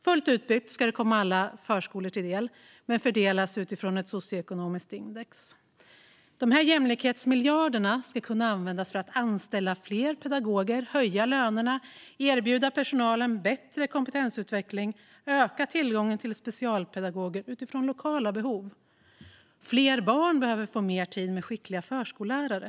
Fullt utbyggt ska det komma alla förskolor till del men fördelas utifrån ett socioekonomiskt index. Dessa jämlikhetsmiljarder ska kunna användas till att både anställa fler pedagoger, höja lönerna, erbjuda personalen bättre kompetensutveckling och öka tillgången på specialpedagoger utifrån lokala behov. Fler barn ska få mer tid med skickliga förskollärare.